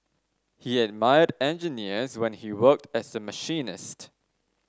he admired engineers when he worked as a machinist